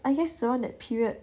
I guess it's one that period